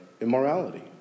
immorality